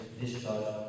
discharge